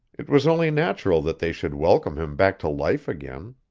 it was only natural that they should welcome him back to life again.